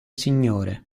signore